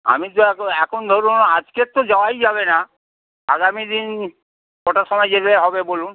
আমি তো একো এখন ধরুন আজকের তো যাওয়াই যাবে না আগামী দিন কটার সময় গেলে হবে বলুন